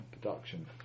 production